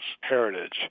heritage